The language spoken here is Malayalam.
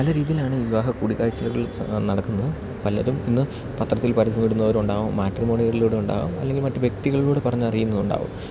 പല രീതിയിലാണ് വിവാഹ കൂടിക്കാഴ്ചകൾ നടക്കുന്നത് പലതും ഇന്ന് പത്രത്തിൽ പരസ്യമിടുന്നവരുണ്ടാവും മാട്രിമോണികളിലൂടെ ഉണ്ടാവും അല്ലെങ്കിൽ മറ്റ് വ്യക്തികളിലൂടെ പറഞ്ഞ് അറിയുന്ന ഉണ്ടാകും